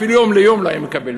אפילו "יום ליום" לא היה מקבל,